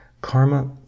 Karma